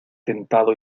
tentado